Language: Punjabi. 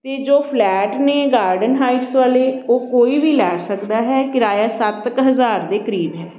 ਅਤੇ ਜੋ ਫਲੈਟ ਨੇ ਗਾਰਡਨ ਹਾਈਟਸ ਵਾਲੇ ਉਹ ਕੋਈ ਵੀ ਲੈ ਸਕਦਾ ਹੈ ਕਿਰਾਇਆ ਸੱਤ ਕੁ ਹਜ਼ਾਰ ਦੇ ਕਰੀਬ ਹੈ